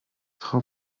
frau